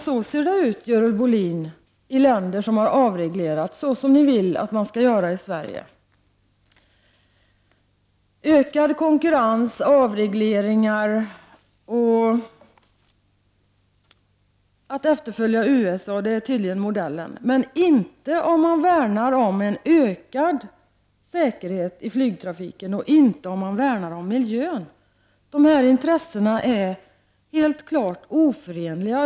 Så ser det ut i länder som har avreglerat såsom ni vill att man skall - göra i Sverige, Görel Bohlin. Ökad konkurrens, avregleringar och att följa efter USA är tydligen modellen. Men det är det inte om man värnar om en ökad säkerhet i flygtrafiken och inte heller om man värnar om miljön. Dessa intressen är helt klart oförenliga.